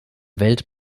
welt